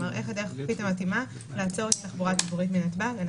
כלומר מה הדרך החוקית המתאימה לעצור את התחבורה הציבורית מנתב"ג.